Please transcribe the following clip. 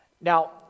Now